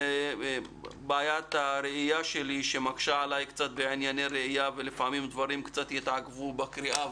בעיית הראייה שלי שמקשה עליי ולפעמים דברים יתעכבו קצת בקריאה,